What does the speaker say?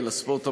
זה חשוב,